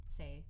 say